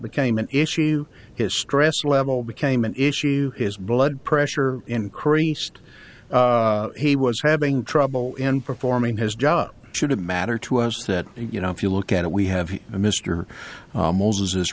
became an issue his stress level became an issue his blood pressure increased he was having trouble in performing his job should have mattered to us that you know if you look at it we have a mr moses